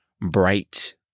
bright